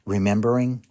Remembering